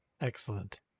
excellent